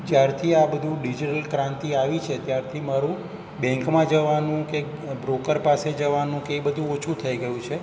જ્યારથી આ બધું ડિઝિટલ ક્રાંતિ આવી છે ત્યારથી મારું બેન્કમાં જવાનું કે બ્રોકર પાસે જવાનું કે એ બધું ઓછું થઈ ગયું છે